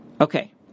Okay